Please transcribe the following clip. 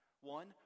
One